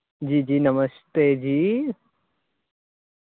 जी जी नमस्ते जी